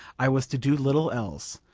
i was to do little else.